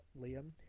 Liam